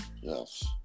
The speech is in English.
Yes